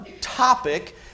topic